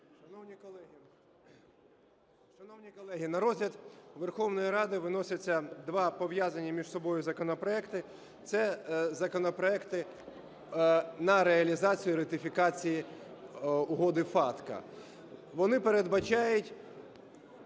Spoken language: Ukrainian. Шановні колеги, на розгляд Верховної Ради виносяться два пов’язані між собою законопроекти. Це законопроекти на реалізацію ратифікації Угоди FATCA. Вони передбачають